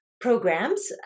programs